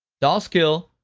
dollsk-ll,